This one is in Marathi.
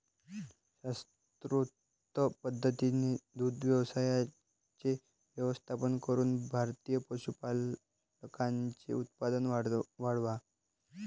शास्त्रोक्त पद्धतीने दुग्ध व्यवसायाचे व्यवस्थापन करून भारतीय पशुपालकांचे उत्पन्न वाढवा